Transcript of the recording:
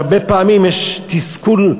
הרבה פעמים יש תסכול,